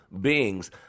beings